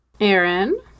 Aaron